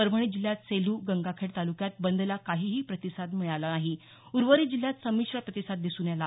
परभणी जिल्ह्यात सेलू गंगाखेड तालुक्यात बंदला काहीही प्रतिसाद मिळाला नाही उर्वरित जिल्ह्यात संमिश्र प्रतिसाद दिसून आला